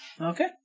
Okay